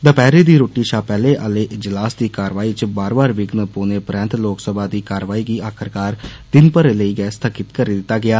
दपैहरी दी रूट्टी षा पैहले आहले इजलास दी कार्रवाई च बार बार विघ्न पौने परैन्त लोकसभा दी कार्रवाई गी आखिरकार दिन भरै लेई गै स्थगित करी दिता गेआ